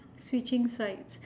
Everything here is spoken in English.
switching sides